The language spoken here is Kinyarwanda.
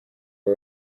aba